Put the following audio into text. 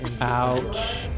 Ouch